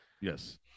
yes